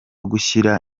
gushyira